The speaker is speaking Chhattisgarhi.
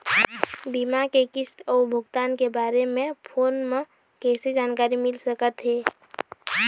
बीमा के किस्त अऊ भुगतान के बारे मे फोन म कइसे जानकारी मिल सकत हे?